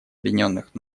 объединенных